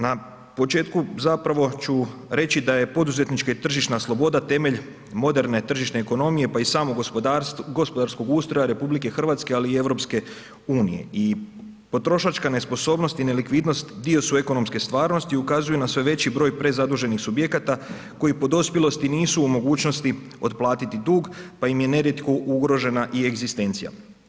Na početku zapravo ću reći da je poduzetnička i tržišna sloboda temelj moderne tržišne ekonomije pa i samo gospodarskog ustroja RH, ali i EU i potrošačka nesposobnost i nelikvidnost dio su ekonomske stvarnosti, ukazuju na sve veći broj prezaduženih subjekata koji po dospjelosti nisu u mogućnosti otplatiti dug pa im je nerijetko ugrožena i egzistencija.